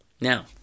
Now